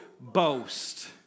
boast